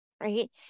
right